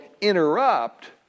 interrupt